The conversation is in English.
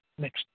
next